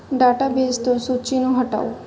database ਤੋਂ ਸੂਚੀ ਨੂੰ ਹਟਾਓ